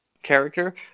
character